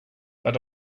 but